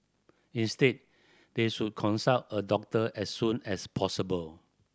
instead they should consult a doctor as soon as possible